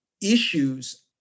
issues